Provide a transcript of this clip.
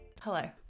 Hello